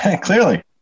Clearly